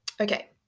Okay